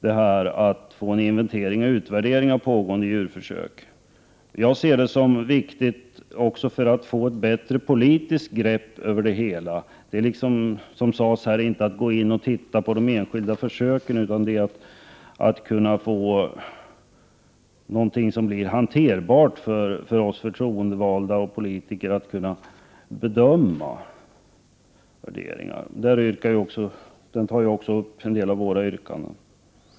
Reservationen handlar om inventering och utvärdering av pågående djurförsök. Jag ser detta som viktigt även för att få ett bättre politiskt grepp över det hela. Som sades tidigare är det inte fråga om att titta på de enskilda försöken utan om att få en situation som är hanterbar för oss förtroendevalda politiker när vi skall göra våra bedömningar. Reservationen tar också upp en del av miljöpartiets yrkanden.